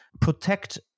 protect